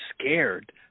scared